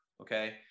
Okay